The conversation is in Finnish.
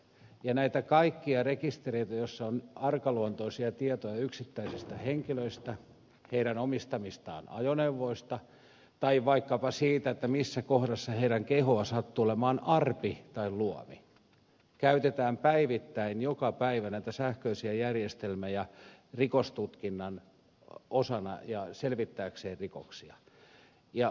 ja näitä kaikkia rekistereitä joissa on arkaluontoisia tietoja yksittäisistä henkilöistä heidän omistamistaan ajoneuvoista tai vaikkapa siitä missä kohdassa heidän kehoaan sattuu olemaan arpi tai luomi käytetään päivittäin joka päivä rikostutkinnan osana ja rikosten selvityksessä ja huom